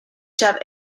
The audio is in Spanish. chad